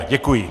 Děkuji.